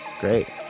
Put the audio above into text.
Great